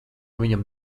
viņam